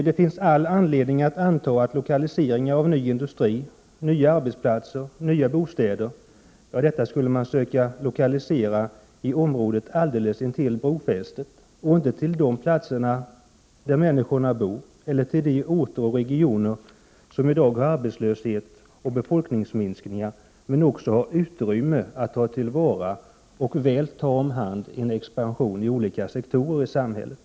Det finns all anledning att anta att lokaliseringen av ny industri, nya arbetsplatser och nya bostäder skulle ske i området alldeles intill brofästet och inte på de platser där människorna bor eller i de orter och regioner som i dag har arbetslöshet och får vidkännas befolkningsminskning, orter som har utrymme för att väl ta till vara en expansion inom olika sektorer i samhället.